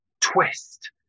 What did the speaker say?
twist